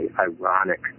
ironic